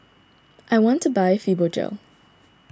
I want to buy Fibogel